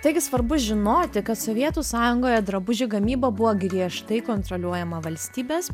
taigi svarbu žinoti kad sovietų sąjungoje drabužių gamyba buvo griežtai kontroliuojama valstybės